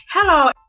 Hello